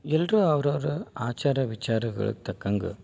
ಎಲ್ರು ಅವ್ರವರ ಆಚಾರ ವಿಚಾರಗಳಿಗೆ ತಕ್ಕಂಗೆ